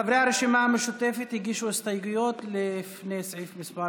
חברי הרשימה המשותפת הגישו הסתייגויות לפני סעיף מס'